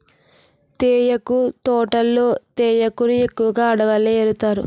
తేయాకు తోటల్లో తేయాకును ఎక్కువగా ఆడవాళ్ళే ఏరుతారు